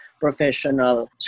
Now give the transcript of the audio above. professional